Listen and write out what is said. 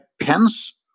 Pence